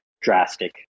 drastic